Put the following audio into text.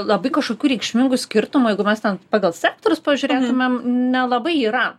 labai kašokių reikšmingų skirtumų jeigu mes ten pagal sektorius pažiūrėtumėm nelabai yra